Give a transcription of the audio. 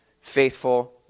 faithful